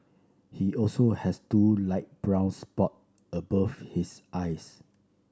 he also has two light brown spot above his eyes